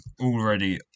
already